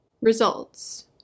Results